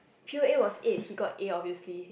P_O_A was eight he got A obviously